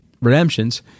redemptions